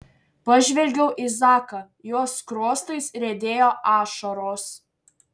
pažvelgiau į zaką jo skruostais riedėjo ašaros